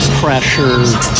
pressure